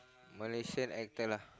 Malaysian actor lah